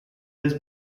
was